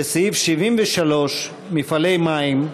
לסעיף 73, מפעלי מים.